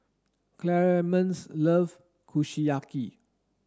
Clemence love Kushiyaki